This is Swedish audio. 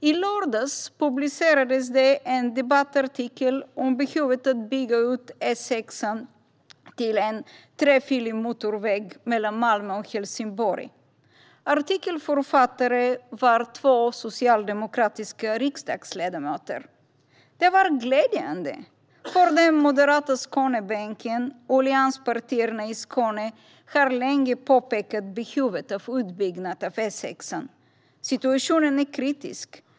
I lördags publicerades en debattartikel om behovet av att bygga ut E6:an till en trefilig motorväg mellan Malmö och Helsingborg. Artikelförfattare var två socialdemokratiska riksdagsledamöter. Det var glädjande, för den moderata Skånebänken och allianspartierna i Skåne har länge påpekat behovet av utbyggnad av E6:an. Situationen är kritisk.